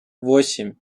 восемь